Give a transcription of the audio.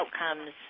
outcomes